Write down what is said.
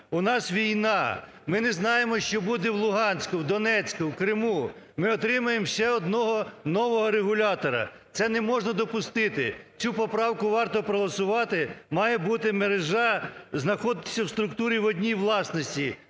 У нас війна! Ми не знаємо, що буде в Луганську, Донецьку, Криму. Ми отримаємо ще одного нового регулятора. Це не можна допустити. Цю поправку варто проголосувати. Має були мережа, знаходитися у структурі, в одній власності